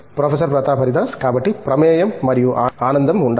professor Pratap Haridas కాబట్టి ప్రమేయం మరియు ఆనందం ఉండాలి